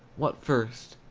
what first,